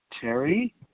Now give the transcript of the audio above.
Terry